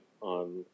on